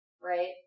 Right